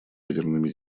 ядерными